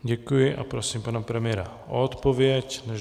Děkuji a prosím pana premiéra o odpověď.